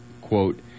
quote